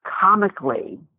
comically